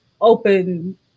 Open